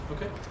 Okay